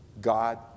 God